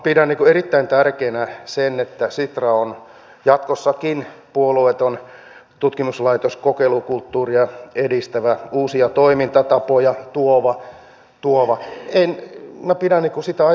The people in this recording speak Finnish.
pidän erittäin tärkeänä sitä että sitra on jatkossakin puolueeton tutkimuslaitos kokeilukulttuuria edistävä uusia toimintatapoja tuova en mä pidä niku sitoi